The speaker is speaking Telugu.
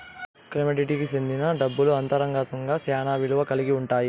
కమోడిటీకి సెందిన డబ్బులు అంతర్గతంగా శ్యానా విలువ కల్గి ఉంటాయి